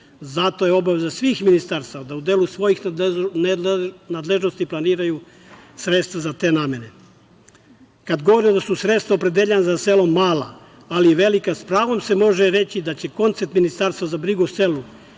Zato je obaveza svih ministarstava da u delu svojih nadležnosti planiraju sredstva za te namene. Kad govorimo da su sredstva opredeljena za selo mala ali i velika, sa pravom se može reći da će koncept Ministarstva za brigu o selu